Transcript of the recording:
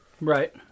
Right